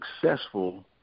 successful